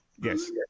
yes